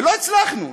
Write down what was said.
ולא הצלחנו.